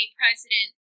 president